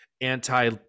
anti